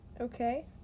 Okay